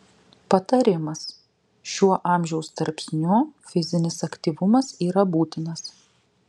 patarimas šiuo amžiaus tarpsniu fizinis aktyvumas yra būtinas